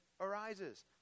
arises